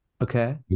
okay